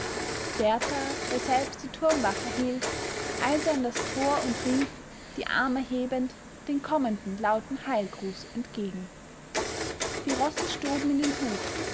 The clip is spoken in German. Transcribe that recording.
berthar der selbst die turmwache hielt eilte an das tor und rief die arme hebend den kommenden lauten heilgruß entgegen die rosse stoben in den hof